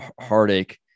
heartache